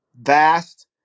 vast